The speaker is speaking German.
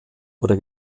oder